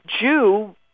Jew